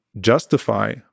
justify